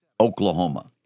Oklahoma